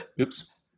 oops